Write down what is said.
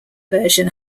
version